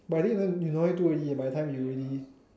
but I think it isn't you don't need to already by the time you already